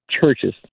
churches